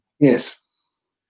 Yes